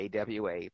AWA